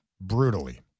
Brutally